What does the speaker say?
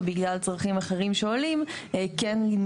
או בגלל צרכים אחרים שעולים,